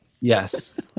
Yes